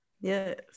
Yes